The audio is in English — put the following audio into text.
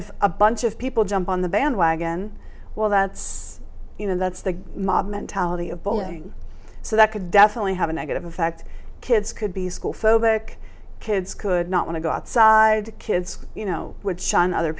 if a bunch of people jump on the bandwagon well that's you know that's the mob mentality of bullying so that could definitely have a negative effect kids could be school phobic kids could not want to go outside kids you know would shun other